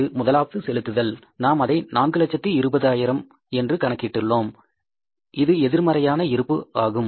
அது முதலாவது செலுத்துதல் நாம் அதை 420000 என்று கணக்கிட்டுள்ளோம் இது எதிர்மறையான இருப்பு ஆகும்